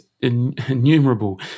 innumerable